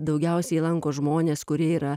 daugiausiai lanko žmonės kurie yra